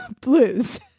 blues